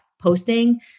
posting